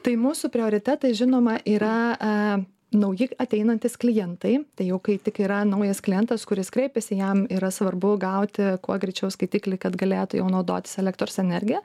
tai mūsų prioritetai žinoma yra a nauji ateinantys klientai tai jau kai tik yra naujas klientas kuris kreipiasi jam yra svarbu gauti kuo greičiau skaitiklį kad galėtų jau naudotis elektros energija